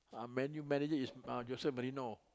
ah Man-U manage is Jose-Mourinho